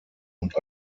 und